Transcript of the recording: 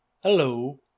Hello